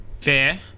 Fair